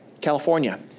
California